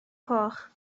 coch